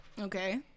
okay